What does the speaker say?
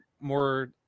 more